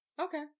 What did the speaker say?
Okay